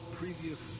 previous